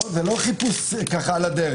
זה לא חיפוש על הדרך.